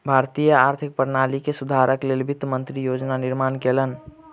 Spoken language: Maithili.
भारतीय आर्थिक प्रणाली के सुधारक लेल वित्त मंत्री योजना निर्माण कयलैन